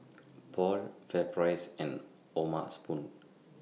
Paul FairPrice and O'ma Spoon